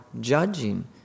judging